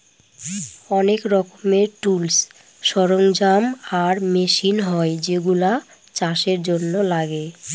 অনেক রকমের টুলস, সরঞ্জাম আর মেশিন হয় যেগুলা চাষের জন্য লাগে